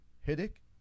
headache